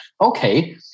okay